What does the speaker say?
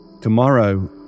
Tomorrow